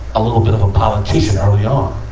a little bit of a politician early on.